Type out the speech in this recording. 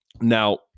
Now